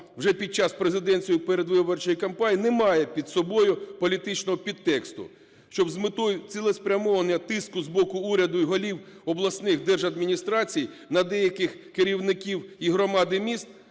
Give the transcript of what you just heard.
вже під час президентської передвиборчої кампанії, – не має під собою політичного підтексту, щоб з метою цілеспрямованого тиску з боку уряду і голів обласних держадміністрацій на деяких керівників і громад, і